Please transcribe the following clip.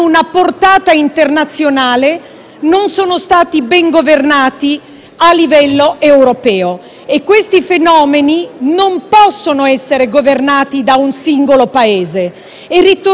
non siano stati ben governati a livello europeo e non possano essere governati da un singolo Paese. Tornando alle tecnologie digitali,